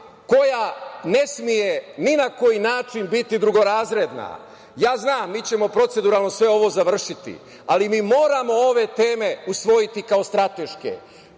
koja ne sme ni na koji način biti drugorazredna. Znam da ćemo proceduralno sve ovo završiti, ali mi moramo ove teme usvojiti kao strateške,